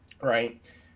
right